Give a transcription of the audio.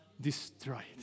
destroyed